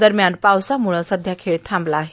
दरम्यान पावसामुळं खेळ थांबला आहे